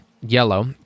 yellow